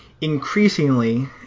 increasingly